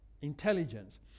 intelligence